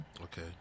Okay